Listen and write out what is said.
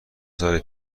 سال